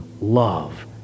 love